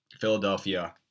philadelphia